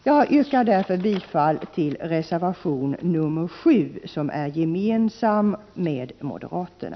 Jag yrkar därför bifall till reservation nr 7, som folkpartiet har avgivit gemensamt med moderaterna.